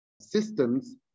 systems